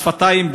מס שפתיים,